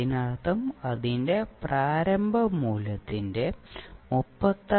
അതിനർത്ഥം അതിന്റെ പ്രാരംഭ മൂല്യത്തിന്റെ 36